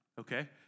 okay